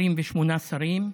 28 שרים,